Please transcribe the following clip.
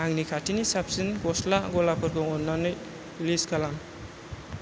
आंनि खाथिनि साबसिन गस्ला गलाफोरखौ अन्नानै लिस्ट खालाम